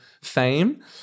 fame